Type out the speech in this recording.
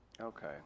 Okay